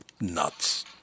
nuts